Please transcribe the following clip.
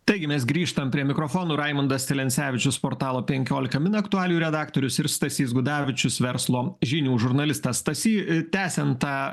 taigi mes grįžtam prie mikrofono raimundas celencevičius portalo penkiolika min aktualijų redaktorius ir stasys gudavičius verslo žinių žurnalistas stasy tęsiant tą